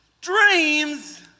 Dreams